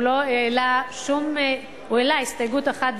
הוא העלה הסתייגות אחת,